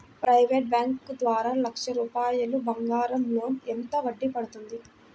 Private bank ద్వారా లక్ష రూపాయలు బంగారం లోన్ ఎంత వడ్డీ పడుతుంది?